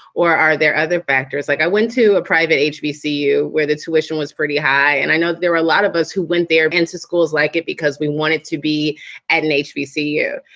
or are there other factors like i went to a private hbc you where the tuition was pretty high and i know there were a lot of us who went there against schools like it because we wanted to be at an hbc you.